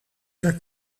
per